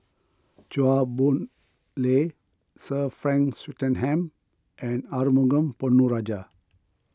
Chua Boon Lay Sir Frank Swettenham and Arumugam Ponnu Rajah